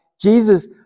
Jesus